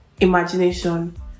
imagination